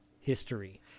history